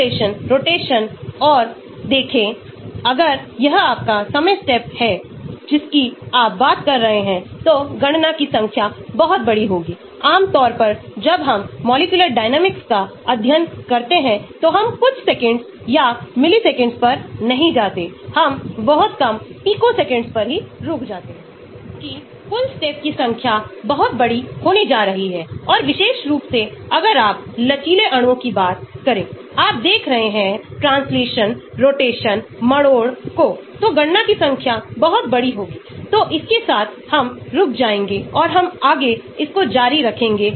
फिर हमारे पास कुछ है जिसको Topliss योजनाकहते हैं जो की सहायता कर सकता है आप को अणु के संश्लेषित करने में एक बहुत ही प्रभावी तरीके से ताकि आप दोनों हाइड्रोफोबिसिटी के साथ साथ इलेक्ट्रॉनिक विशेषताओं को संबोधित कर सकें जो कि इलेक्ट्रॉन वापस लेना और इलेक्ट्रॉन दान विशेषताएं हैं तो हम अगली कक्षा में इस Topliss योजना को जारी रखेंगे